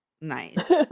nice